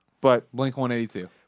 Blink-182